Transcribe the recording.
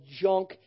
junk